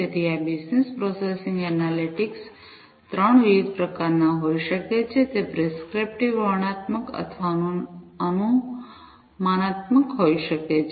તેથી આ business processing analytics 3 વિવિધ પ્રકારના હોઈ શકે છે તે પ્રિસ્ક્રિપ્ટિવ વર્ણનાત્મક અથવા અનુમાનાત્મક હોઈ શકે છે